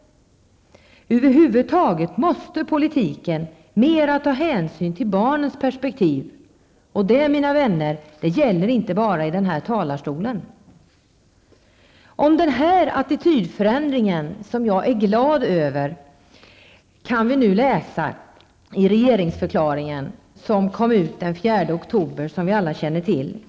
Över huvud taget måste politiken mer ta hänsyn till barnens perspektiv. Det, mina vänner, gäller inte bara i denna talarstol. Om denna attitydförändring, som jag är glad över, kan vi nu läsa i den regeringsförklaring som kom ut den 4 oktober.